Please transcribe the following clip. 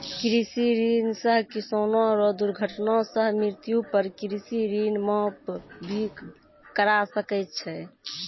कृषि ऋण सह किसानो रो दुर्घटना सह मृत्यु पर कृषि ऋण माप भी करा सकै छै